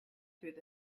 through